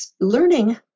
learning